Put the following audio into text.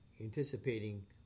anticipating